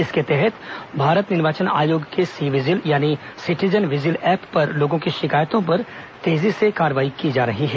इसके तहत भारत निर्वाचन आयोग के सी विजिल यानी सिटीजन विजिल ऐप पर लोगों की शिकायतों पर तेजी से कार्रवाई की जा रही है